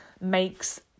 makes